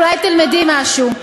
אולי תלמדי משהו: